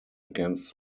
against